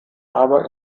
aber